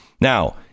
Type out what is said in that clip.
Now